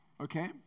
Okay